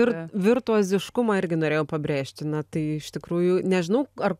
ir virtuoziškumą irgi norėjau pabrėžti na tai iš tikrųjų nežinau ar